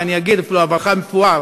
ואגיד אפילו עברך המפואר.